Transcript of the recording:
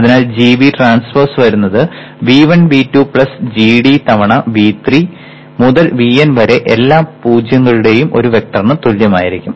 അതിനാൽ gB transpose വരുന്നത് V1 V2 gD തവണ V3 മുതൽ Vn വരെ എല്ലാ 0 കളുടെയും ഒരു വെക്ടറിന് തുല്യമായിരിക്കും